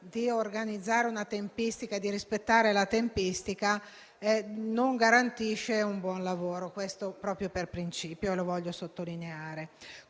di organizzare e rispettare la tempistica non garantisce un buon lavoro. Questo vale come principio e lo voglio sottolineare.